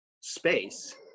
space